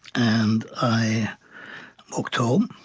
and i walked home.